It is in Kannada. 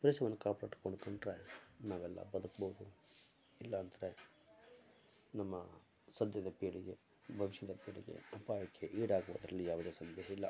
ಪರಿಸರವನ್ನು ಕಾಪಾಡಿಕೊಂಡ್ರೆ ನಾವೆಲ್ಲ ಬದುಕ್ಬೋದು ಇಲ್ಲ ಅಂದರೆ ನಮ್ಮ ಸದ್ಯದ ಪೀಳಿಗೆ ಭವಿಷ್ಯದ ಪೀಳಿಗೆ ಅಪಾಯಕ್ಕೆ ಈಡಾಗುವುದರಲ್ಲಿ ಯಾವುದೇ ಸಂದೇಹ ಇಲ್ಲ